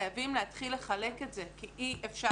חייבים להתחיל לחלק את זה, כי אי-אפשר.